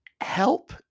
help